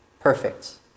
Perfect